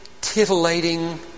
titillating